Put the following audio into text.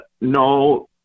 no